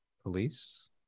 police